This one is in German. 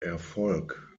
erfolg